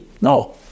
no